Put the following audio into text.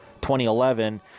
2011